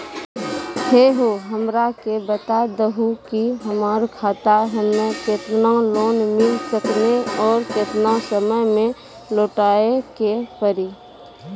है हो हमरा के बता दहु की हमार खाता हम्मे केतना लोन मिल सकने और केतना समय मैं लौटाए के पड़ी?